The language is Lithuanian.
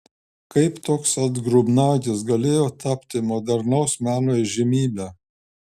kaip toks atgrubnagis galėjo tapti modernaus meno įžymybe